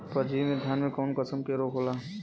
परजीवी से धान में कऊन कसम के रोग होला?